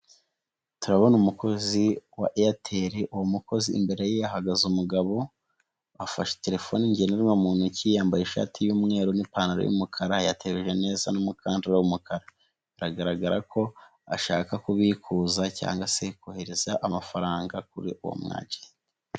Turabona umukozi wa airtel, uwo mukozi imbere ye hahagaze umugabo ufashe telefone ngendanwa mu ntoki, yambaye ishati y'umweru n'ipantaro y'umukara, yatebeje neza n'umukandara w'umukara, biragaragara ko ashaka kubikuza cyangwa se kohereza amafaranga kuri uwo mu agent.